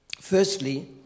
Firstly